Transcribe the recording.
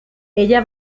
ella